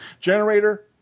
generator